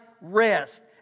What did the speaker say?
rest